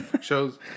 shows